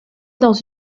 dans